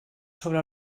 sobre